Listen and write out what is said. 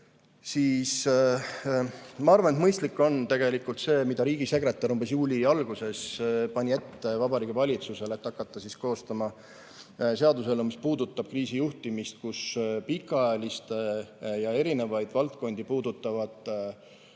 see: ma arvan, et mõistlik on tegelikult see, mida riigisekretär umbes juuli alguses pani ette Vabariigi Valitsusele, et hakata koostama seaduseelnõu, mis puudutab kriisijuhtimist, kus pikaajaliste ja erinevaid valdkondi puudutavate kriiside